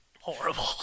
horrible